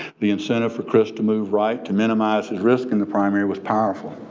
the incentive for crist to move right to minimize his risk in the primary was powerful.